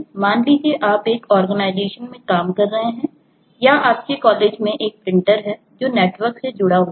इसलिए मेरे पास एक एक प्रिंटर है जो नेटवर्क से जुड़ा है